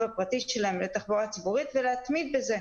הפרטי שלהם לתחבורה הציבורית ולהתמיד בזה.